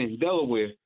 Delaware